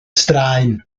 straen